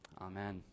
Amen